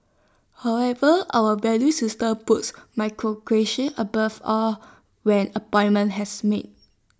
however our value system puts meritocracy above all when appointments as made